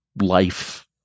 life